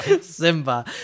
Simba